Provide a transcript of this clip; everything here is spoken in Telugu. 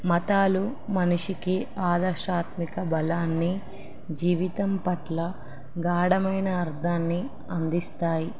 మతాలు మనిషికి ఆదర్శాత్మిక బలాన్ని జీవితం పట్ల గాఢమైన అర్థాన్ని అందిస్తాయి